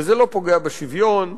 וזה לא פוגע בשוויון,